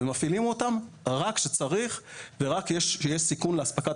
מפעילים אותן רק כשצריך ורק כשיש סיכון לאספקת